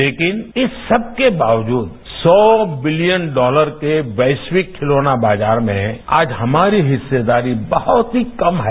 लेकिन इन सबके बावजूद सौ बिलियन डॉलर के वैश्विक खिलौना बाजार में आज हमारी हिस्सेदारी बहुत ही कम है